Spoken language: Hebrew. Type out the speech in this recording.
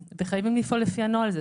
וחייבים לפעול לפי הנוהל הזה.